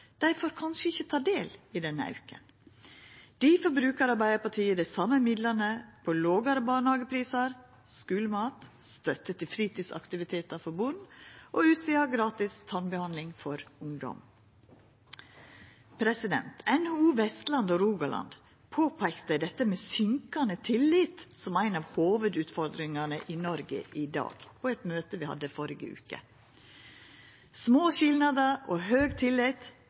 kanskje ikkje får ta del i denne auken. Difor brukar Arbeidarpartiet dei same midlane på lågare barnehageprisar, skulemat, støtte til fritidsaktivitetar for born og utvida gratis tannbehandling for ungdom. NHO Vestlandet og Rogaland peika på dette med minkande tillit som ei av hovudutfordringane i Noreg i dag på eit møte vi hadde i førre veke. Små skilnader og høg tillit